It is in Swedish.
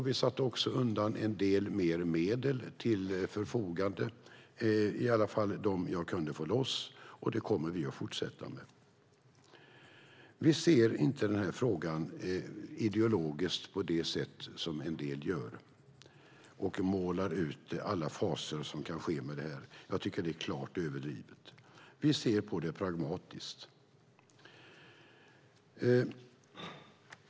Vi satte också undan en del mer medel, i alla fall det jag kunde få loss, och det kommer vi att fortsätta med. Vi ser inte den här frågan ideologiskt på det sätt som en del gör och målar upp alla faser som kan ske med det här. Jag tycker att det är klart överdrivet. Vi ser på det pragmatiskt.